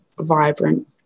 vibrant